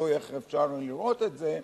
תלוי איך אפשר לראות את זה,